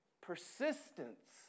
persistence